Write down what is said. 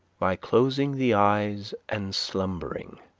by closing the eyes and slumbering,